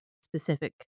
specific